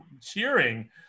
cheering